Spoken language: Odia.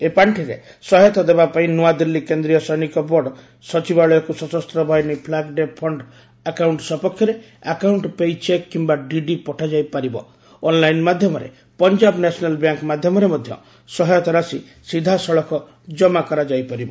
ଏହି ପାର୍ଷିରେ ସହାୟତା ଦେବା ପାଇଁ ନୂଆଦିଲ୍ଲୀ କେନ୍ଦ୍ରିୟ ସୈନିକ ବୋର୍ଡ ସଚିବାଳୟକୁ 'ସଶସ୍ତ ବାହିନୀ ଫ୍ଲାଗ୍ ଡେ ଫଣ୍ଡ ଆକାଉଣ୍ଟ ସପକ୍ଷରେ ଆକାଉଣ୍ଟ ପେୟୀ ଚେକ୍ କିମ୍ବା ଡିଡି ପଠାଯାଇ ପାରିବା ଅନଲାଇନ ମାଧ୍ୟମରେ ପଞ୍ଜାବ ନ୍ୟାସନାଲ ବ୍ୟାଙ୍କ ମାଧ୍ୟମରେ ମଧ୍ୟ ସହାୟତା ରାଶି ସିଧାସଳଖ କମା କରାଯାଇ ପାରିବ